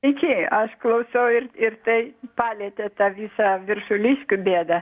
sveiki aš klausau ir ir tai palietė tą visą viršuliškių bėdą